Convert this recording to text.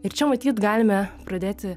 ir čia matyt galime pradėti